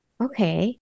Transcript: Okay